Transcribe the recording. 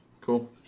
Cool